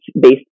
based